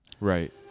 right